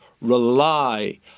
rely